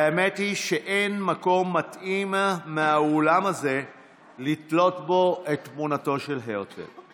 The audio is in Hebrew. האמת היא שאין מקום מתאים מהאולם הזה לתלות בו את תמונתו של הרצל.